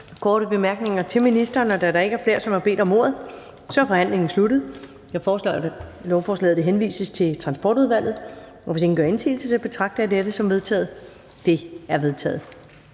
korte bemærkninger til ministeren. Da der ikke er flere, der har bedt om ordet, er forhandlingen sluttet. Jeg foreslår, at lovforslaget henvises til Transportudvalget. Hvis ingen gør indsigelse, betragter jeg dette som vedtaget. Det er vedtaget.